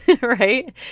right